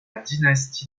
dynastie